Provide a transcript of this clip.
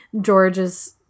George's